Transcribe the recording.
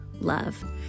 love